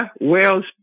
Wales